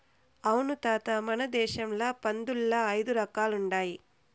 అవును తాత మన దేశంల పందుల్ల ఐదు రకాలుండాయి